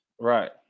right